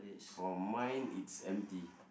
for mine it's empty